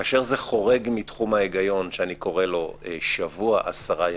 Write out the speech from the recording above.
כאשר זה חורג מתחום ההיגיון שאני קורא לו שבוע-עשרה ימים,